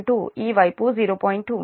2 ఈ వైపు 0